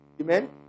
Amen